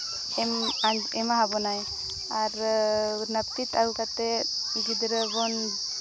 ᱮᱢᱟ ᱟᱵᱚᱱᱟᱭ ᱟᱨ ᱱᱟᱹᱯᱤᱛ ᱟᱹᱜᱩ ᱠᱟᱛᱮᱫ ᱜᱤᱫᱽᱨᱟᱹ ᱵᱚᱱ